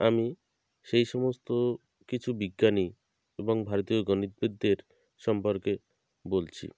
আমি সেই সমস্ত কিছু বিজ্ঞানী এবং ভারতীয় গণিতবিদদের সম্পর্কে বলছি